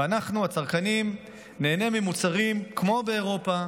ואנחנו הצרכנים ניהנה ממוצרים כמו באירופה